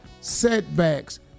setbacks